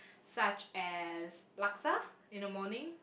such as laksa in the morning